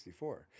1964